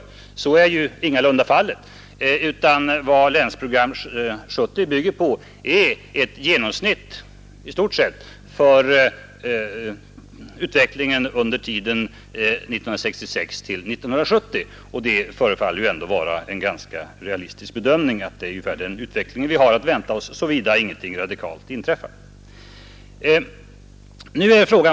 Så är ingalunda fallet. Länsprogram 70 bygger ju på ett genomsnitt för utvecklingen under tiden 1966—1970. Det förefaller ändå vara en ganska realistisk bedömning. Det är väl den utvecklingen vi har att emotse såvida ingenting oväntat inträffar.